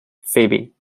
fibbing